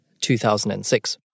2006